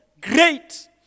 great